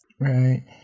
Right